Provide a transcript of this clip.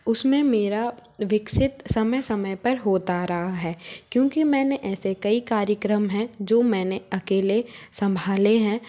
उसमें मेरा विकसित समय समय पर होता आ रहा है क्योंकि मैंने ऐसे कई कार्यक्रम है जो मैंने अकेले सम्भाले हैं